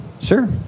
sure